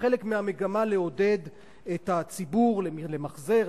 כחלק מהמגמה לעודד את הציבור למחזר,